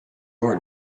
your